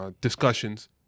discussions